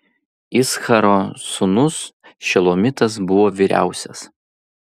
iccharo sūnus šelomitas buvo vyriausias